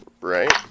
right